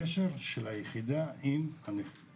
הקשר של היחידה עם הנכים.